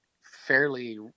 fairly